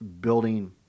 building